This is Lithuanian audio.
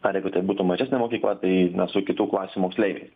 ar jeigu tai būtų mažesnė mokykla tai na su kitų klasių moksleiviais